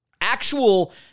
actual